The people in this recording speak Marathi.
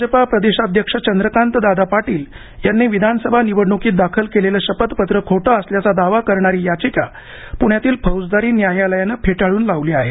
भाजपा प्रदेशाध्यक्ष चंद्रकांतदादा पाटील यांनी विधानसभा निवडण्कीत दाखल केलेलं शपथपत्र खोटं असल्याचा दावा करणारी याचिका पुण्यातील फौजदारी न्यायालयानं फेटाळून लावली आहे